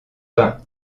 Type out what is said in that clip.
vin